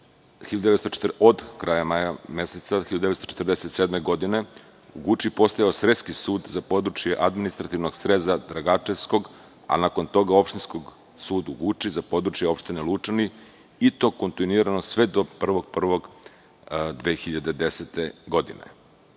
od kraja maja meseca od 1947. godine u Guči je postojao sreski sud za područje administrativnog sreza Dragačevskog, a nakon toga opštinskog suda u Guči za područje opštine Lučani, i to kontinuirano sve do 1. januara